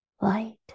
light